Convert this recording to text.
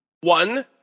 One